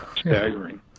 Staggering